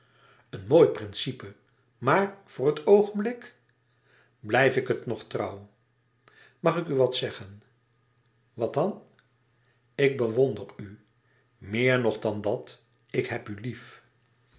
een mooi principe maar voor het oogenblik blijf ik het nog getrouw mag ik u wat zeggen wat dan ik bewonder u meer dan dat ik heb u lief